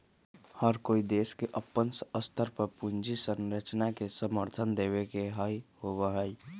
हर कोई देश के अपन स्तर पर पूंजी संरचना के समर्थन देवे के ही होबा हई